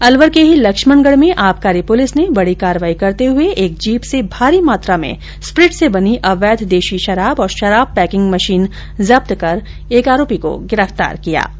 अलवर के ही लक्ष्मणगढ में आबकारी पुलिस ने बडी कार्रवाई करते हुये एक जीप से भारी मात्रा मे स्प्रीट से बनी अवैध देशी शराब और शराब पैकिंग मशीन जब्त कर एक आरोपी को गिरफ्तार किया ै